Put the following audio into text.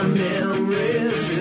memories